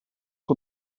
que